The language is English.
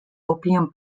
opium